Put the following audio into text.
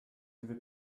n’avez